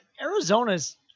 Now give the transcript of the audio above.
Arizona's